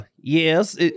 Yes